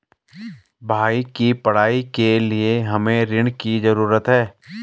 भाई की पढ़ाई के लिए हमे ऋण की जरूरत है